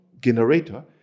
generator